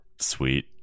Sweet